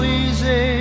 easy